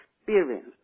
experience